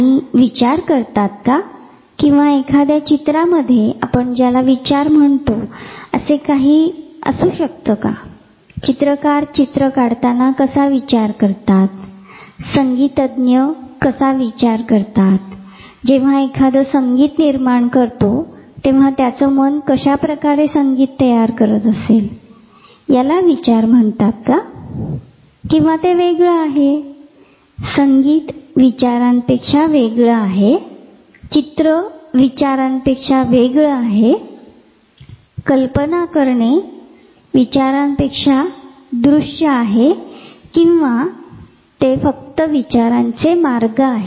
प्राणी विचार करतात का किंवा एखाद्या चित्रामध्ये आपण ज्याला विचार म्हणतो असे काही असू शकते का चित्रकार चित्र काढताना कसा विचार करतात संगीततज्ञ कसा विचार करतात जेंव्हा एखादा संगीत निर्माण करतो तेंव्हा त्याचे मन कशा प्रकारे संगीत तयार करत असेल याला विचार म्हणतात का किंवा ते वेगळे आहे संगीत विचारांपेक्षा वेगळे आहे चित्र विचारांपेक्षा वेगळे आहे कल्पना करणे विचारांपेक्षा दृश्य आहे किंवा ते फक्त विचारांचे मार्ग आहेत